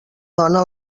dona